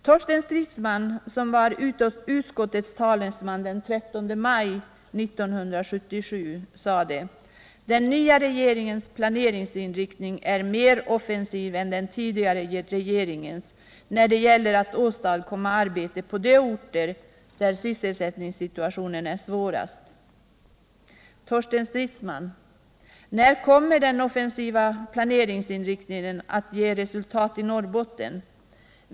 Torsten Stridsman, som var utskottets talesman den 13 maj 1977, sade: ”Den nya regeringens planeringsinriktning är mer offensiv än den tidigare regeringens när det gäller att åstadkomma arbete på de orter där sysselsättningssituationen är som svårast.” Torsten Stridsman, när kommer den offensiva planeringsinriktningen att ge resultat i Norrbotten?